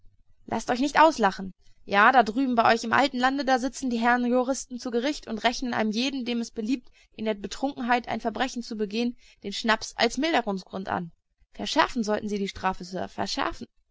laßt euch nicht auslachen ja da drüben bei euch im alten lande da sitzen die herren juristen zu gericht und rechnen einem jeden dem es beliebt in der betrunkenheit ein verbrechen zu begehen den schnaps als milderungsgrund an verschärfen sollten sie die strafe sir verschärfen